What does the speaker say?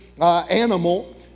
animal